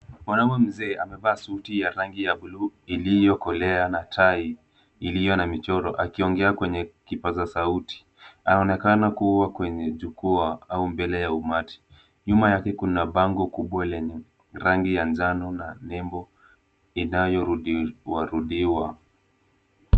Mwanaume mzee amevaa suti ya rangi ya buluu iliyokolea na tai iliyo na michoro, akiongea kwenye kipaza sauti. Anaonekana kuwa kwenye jukwaa au mbele ya umati. Nyuma yake kuna bango kubwa lenye rangi ya njano na nembo inayo rudiwa rudiwa.